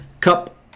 Cup